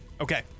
Okay